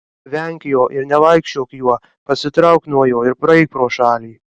venk jo ir nevaikščiok juo pasitrauk nuo jo ir praeik pro šalį